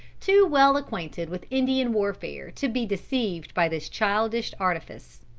too well acquainted with indian warfare to be deceived by this childish artifice.